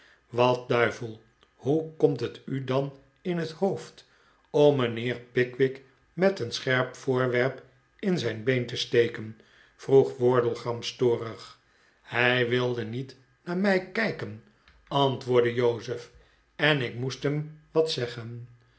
wat duivel hoe komt het u dan in het hoofd om mijnheer pickwick met een scherp voorwerp in zijn been te steken rroeg wardle gramstorig hij wilde niet naar mij kijken jozef en ik moest hem wat zeggen